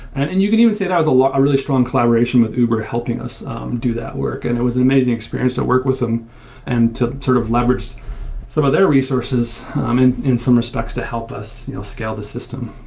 and and you can even say that was a really strong collaboration with uber helping us do that work, and it was an amazing experience to work with them and to sort of leverage some of their resources um in in some respect to help us you know scale the system.